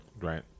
right